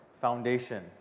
foundation